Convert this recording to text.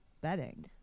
bedding